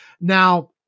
Now